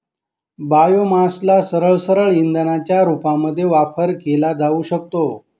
बायोमासला सरळसरळ इंधनाच्या रूपामध्ये वापर केला जाऊ शकतो